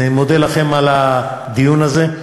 אני מודה לכם על הדיון הזה,